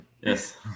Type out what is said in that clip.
Yes